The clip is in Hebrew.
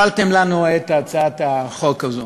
הפלתם לנו את הצעת החוק הזו,